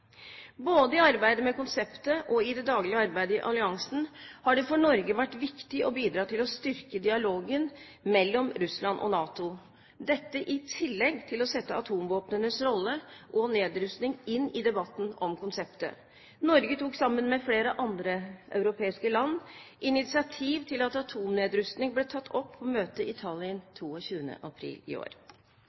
Både i arbeidet med konseptet og i det daglige arbeidet i alliansen har det for Norge vært viktig å bidra til å styrke dialogen mellom Russland og NATO – dette i tillegg til å sette atomvåpnenes rolle og nedrustning inn i debatten om konseptet. Norge tok sammen med flere andre europeiske land initiativ til at atomnedrustning ble tatt opp på møtet i Tallinn den 22. april i år.